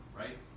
right